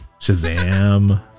Shazam